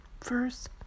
first